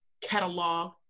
catalog